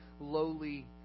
lowly